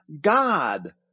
God